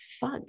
fuck